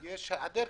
יש עכשיו מחסור